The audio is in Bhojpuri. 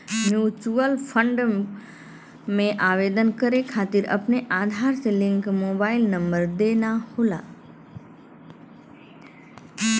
म्यूचुअल फंड में आवेदन करे खातिर अपने आधार से लिंक मोबाइल नंबर देना होला